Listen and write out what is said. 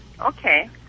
Okay